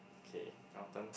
okay your turn